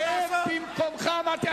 שב במקומך, אמרתי.